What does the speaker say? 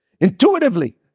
intuitively